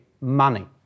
money